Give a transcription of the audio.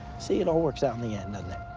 see it all works out in the end and it